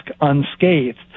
unscathed